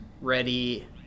ready